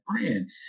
brand